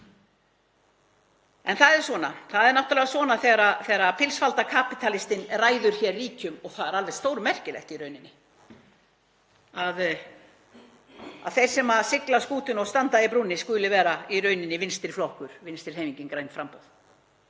En það er svona. Það er náttúrlega svona þegar pilsfaldakapítalistinn ræður hér ríkjum. Það er alveg stórmerkilegt í rauninni að þeir sem sigla skútunni og standa í brúnni skuli vera í rauninni vinstri flokkur, Vinstrihreyfingin – grænt framboð,